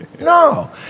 No